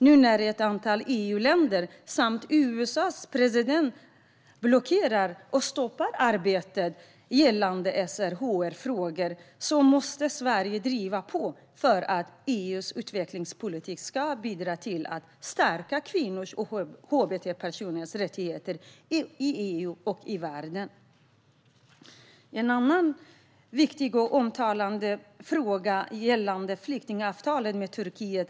Nu när ett antal EU-länder samt USA:s president blockerar och stoppar arbetet gällande SRHR-frågor, måste Sverige driva på för att EU:s utvecklingspolitik ska bidra till att stärka kvinnors och hbtq-personers rättigheter i EU och i världen. En annan viktig och omtalad fråga gäller flyktingavtalet med Turkiet.